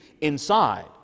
inside